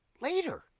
later